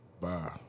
Bye